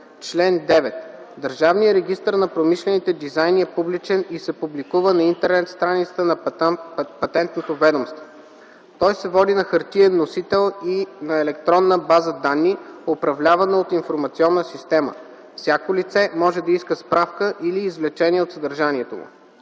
Чл. 9. Държавният регистър на промишлените дизайни е публичен и се публикува на интернет страницата на Патентното ведомство. Той се води на хартиен носител и на електронна база данни, управлявана от информационна система. Всяко лице може да иска справка или извлечение от съдържанието му.”